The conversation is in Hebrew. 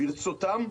ברצותם,